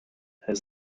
has